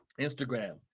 Instagram